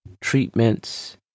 treatments